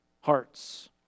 hearts